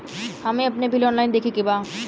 हमे आपन bill online देखे के बा?